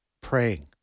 praying